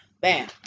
Bam